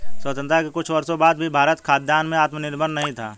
स्वतंत्रता के कुछ वर्षों बाद तक भी भारत खाद्यान्न में आत्मनिर्भर नहीं था